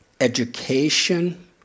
education